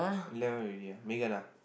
eleven already Megan